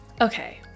Okay